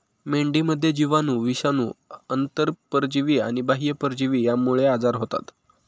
मेंढीमध्ये जीवाणू, विषाणू, आंतरपरजीवी आणि बाह्य परजीवी यांमुळे आजार होतात